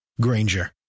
Granger